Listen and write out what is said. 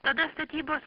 tada statybos